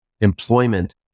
employment